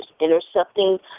intercepting